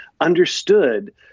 understood